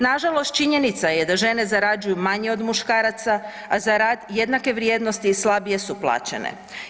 Nažalost, činjenica je da žene zarađuju manje od muškaraca, a za rad jednake vrijednosti slabije su plaćene.